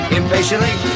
impatiently